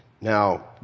Now